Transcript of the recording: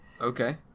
Okay